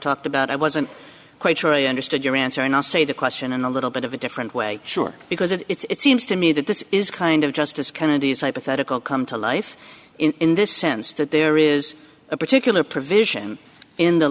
talked about i wasn't quite sure i understood your answer and i'll say the question in a little bit of a different way sure because it's seems to me that this is kind of justice kennedy's hypothetical come to life in this sense that there is a particular provision in the